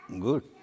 Good